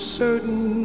certain